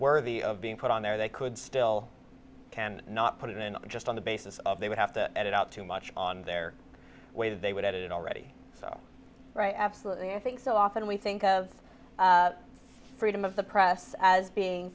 worthy of being put on there they could still can not put it in and just on the basis of they would have to edit out too much on their way they would edit it already so right absolutely i think so often we think of freedom of the press as being